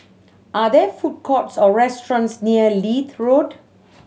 are there food courts or restaurants near Leith Road